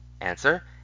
Answer